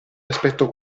aspetto